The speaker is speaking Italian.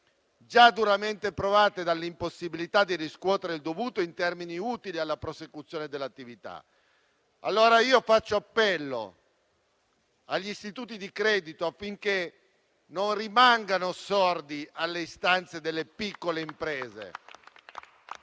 già duramente provate dall'impossibilità di riscuotere il dovuto in termini utili alla prosecuzione dell'attività. Faccio appello allora agli istituti di credito affinché non rimangano sordi alle istanze delle piccole imprese